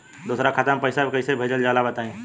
दोसरा खाता में पईसा कइसे भेजल जाला बताई?